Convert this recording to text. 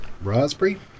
Raspberry